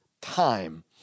time